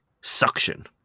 suction